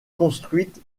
construite